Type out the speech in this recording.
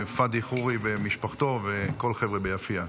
פאדי חורי ומשפחתו וכל החבר'ה ביפיע.